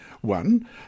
One